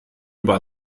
über